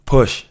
Push